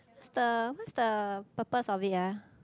what's the what's the purpose of it ah